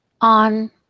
on